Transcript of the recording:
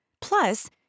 Plus